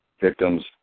victims